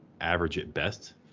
average-at-best